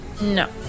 no